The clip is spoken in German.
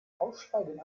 aussteigen